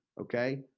Okay